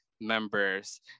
members